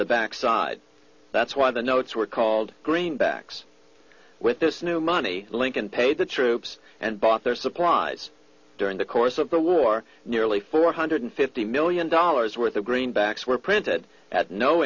the back side that's why the notes were called greenbacks with this new money lincoln paid the troops and bought their supplies during the course of the war nearly four hundred fifty million dollars worth of greenbacks were printed at no